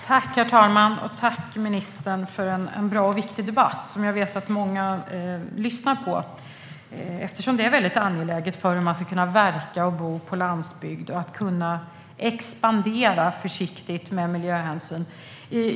Herr talman! Tack, ministern, för en bra och viktig debatt! Jag vet att många lyssnar på den, eftersom det är angeläget för hur man ska kunna verka och bo på landsbygd och kunna expandera försiktigt med miljöhänsyn.